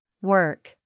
Work